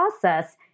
process